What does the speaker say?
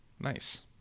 Nice